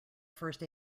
first